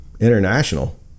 International